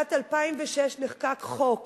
בשנת 2006 נחקק חוק